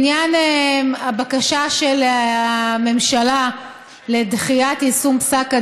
בעניין הבקשה של הממשלה לדחיית יישום פסק הדין,